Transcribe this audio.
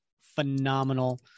phenomenal